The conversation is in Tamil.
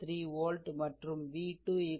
33 வோல்ட் மற்றும் V2 5